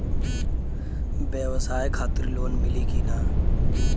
ब्यवसाय खातिर लोन मिली कि ना?